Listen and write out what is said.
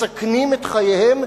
מסכנים את חייהם,